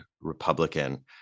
Republican